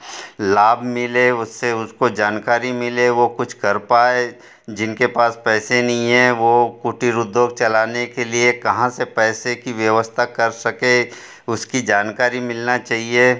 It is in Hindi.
लाभ मिले उससे उसको जानकारी मिले वो कुछ कर पाए जिनके पास पैसे नहीं हैं वो कुटिर उद्योग चलाने के लिए कहाँ से पैसे की व्यवस्था कर सकें उसकी जानकारी मिलना चाहिए